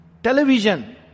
Television